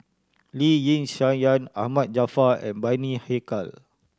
Lee Yi Shyan Ahmad Jaafar and Bani Haykal